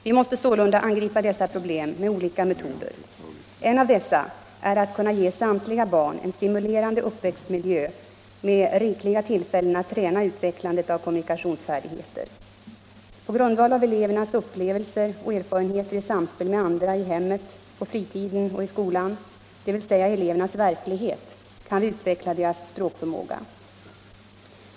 Vi måste sålunda angripa dessa problem med olika metoder. En av dessa är att kunna ge samtliga barn en stimulerande uppväxtmiljö med rikliga tillfällen att träna utvecklandet av kommunikationsfärdigheter. På grundval av elevernas upplevelser och erfarenheter i samspel med andra i hemmet, på fritiden och i skolan, dvs. elevernas verklighet, kan vi utveckla deras språkförmåga.